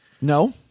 no